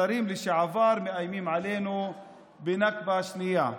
שרים לשעבר מאיימים עלינו בנכבה שנייה.